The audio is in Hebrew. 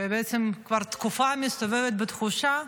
בעצם כבר תקופה, מסתובבת בתחושה: